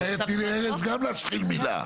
רגע, רגע, תני לארז גם להשחיל מילה.